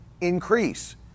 increase